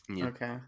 Okay